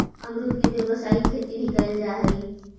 अमरुद के व्यावसायिक खेती भी कयल जा हई